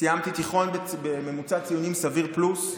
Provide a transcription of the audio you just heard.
סיימתי תיכון בממוצע ציונים סביר פלוס,